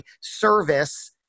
service